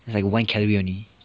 it's like one calorie only